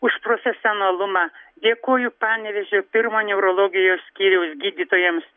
už profesionalumą dėkoju panevėžio pirmo neurologijos skyriaus gydytojams